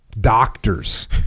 doctors